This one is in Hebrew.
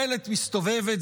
דלת מסתובבת,